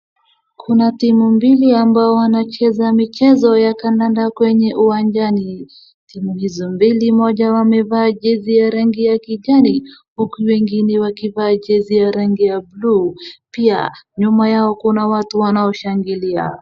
Kuna timu mbili ambayo wanacheza michezo ya kadada kwenye uwanjani. Timu hizi mbili moja wamevaa jezi ya rangi ya kijani uku wengine wakivaa jezi ya rangi ya buluu. Pia nyuma yao kuna watu wanaoshangilia.